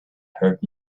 heard